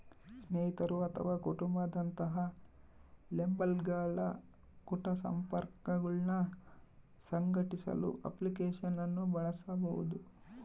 ಸ್ನೇಹಿತರು ಅಥವಾ ಕುಟುಂಬ ದಂತಹ ಲೇಬಲ್ಗಳ ಕುಟ ಸಂಪರ್ಕಗುಳ್ನ ಸಂಘಟಿಸಲು ಅಪ್ಲಿಕೇಶನ್ ಅನ್ನು ಬಳಸಬಹುದು